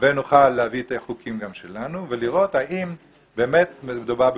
ונוכל להביא גם חוקים שלנו לראות האם באמת מדובר בקונצנזוס.